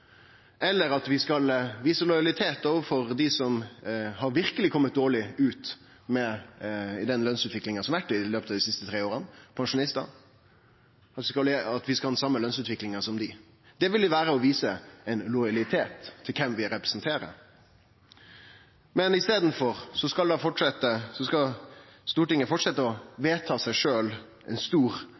at vi skal vise lojalitet overfor dei som verkeleg har kome dårleg ut i den lønsutviklinga som har vore dei siste tre åra, nemleg pensjonistane, ved at vi skal ha den same lønsutviklinga som dei. Det ville vere å vise ein lojalitet til kven vi representerer. Men i staden skal Stortinget fortsetje å vedta ein stor lønsauke til seg